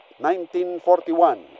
1941